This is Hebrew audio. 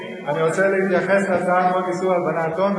אני רוצה להתייחס להצעת חוק איסור הלבנת הון,